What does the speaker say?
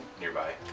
nearby